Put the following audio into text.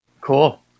Cool